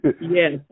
Yes